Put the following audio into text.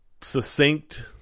succinct